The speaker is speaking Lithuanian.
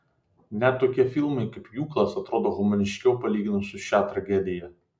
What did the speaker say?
net tokie filmai kaip pjūklas atrodo humaniškiau palyginus su šia tragedija